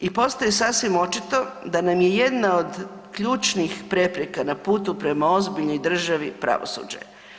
I postaje sasvim očito da nam je jedna od ključnih prepreka na putu prema ozbiljnoj državi pravosuđe.